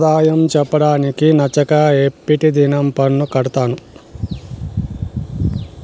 నా ఆదాయం చెప్పడానికి నచ్చక ఎప్పటి దినం పన్ను కట్టినాను